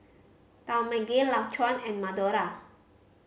Talmage Laquan and Madora